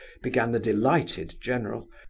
began the delighted general.